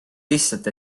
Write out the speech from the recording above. lihtsalt